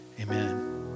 Amen